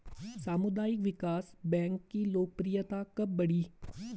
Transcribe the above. सामुदायिक विकास बैंक की लोकप्रियता कब बढ़ी?